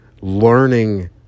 learning